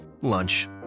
lunch